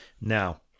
now